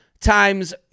times